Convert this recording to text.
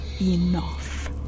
enough